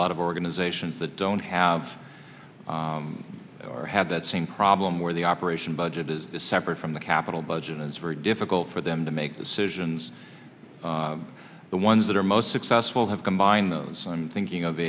lot of organizations that don't have or have that same problem where the operation budget is separate from the capital budget it's very difficult for them to make decisions the ones that are most successful have combined those thinking of